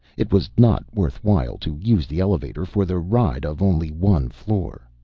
it was not worth while to use the elevator for the ride of only one floor.